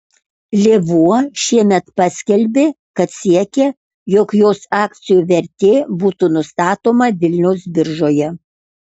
lėvuo šiemet paskelbė kad siekia jog jos akcijų vertė būtų nustatoma vilniaus biržoje